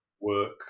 work